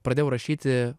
pradėjau rašyti